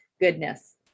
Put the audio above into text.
goodness